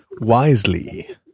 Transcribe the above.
wisely